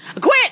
Quit